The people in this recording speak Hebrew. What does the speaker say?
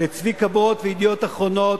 לצביקה ברוט ו"ידיעות אחרונות",